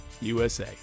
USA